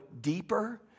deeper